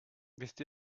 wisst